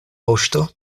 poŝto